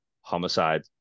Homicide